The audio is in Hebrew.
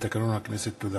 המזכיר.